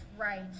Right